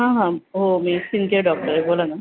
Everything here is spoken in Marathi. हां हां हो मी स्कीनचे डॉक्टर आहे बोला ना